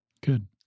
Good